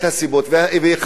ואחת הסיבות,